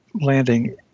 landing